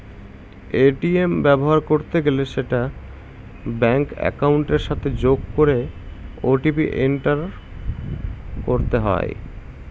ATM ব্যবহার করতে গেলে সেটা ব্যাঙ্ক একাউন্টের সাথে যোগ করে ও.টি.পি এন্টার করতে হয়